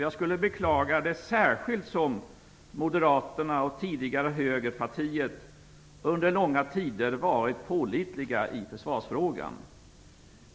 Jag skulle beklaga det särskilt som Moderaterna och tidigare Högerpartiet under långa tider varit pålitliga i försvarsfrågan.